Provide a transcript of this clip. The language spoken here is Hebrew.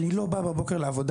אני לא בא בבוקר לעבודה,